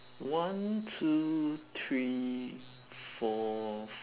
one two three four